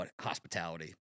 hospitality